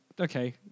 Okay